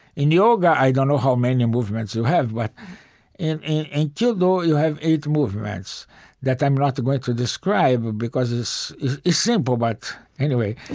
in yoga, i don't know how many movements you have, but in in and kyudo you have eight movements that i'm not going to describe because it's it's simple. but anyways,